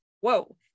whoa